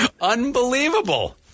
Unbelievable